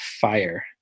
fire